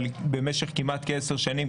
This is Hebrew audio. אבל במשך כמעט כעשר שנים,